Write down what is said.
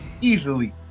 easily